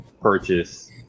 purchase